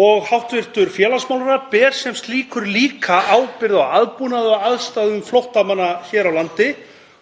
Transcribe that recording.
og hæstv. félagsmálaráðherra ber sem slíkur líka ábyrgð á aðbúnaði og aðstæðum flóttamanna hér á landi